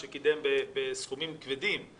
שכמובן מקובל על כולם,